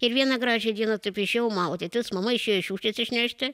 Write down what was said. ir vieną gražią dieną taip išėjau maudytis mama išėjo šiukšles išnešti